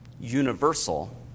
universal